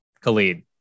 Khalid